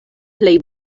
plej